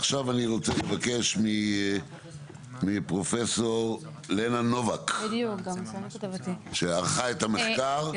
עכשיו אני רוצה לבקש מפרופסור לנה נובק שערכה את המחקר.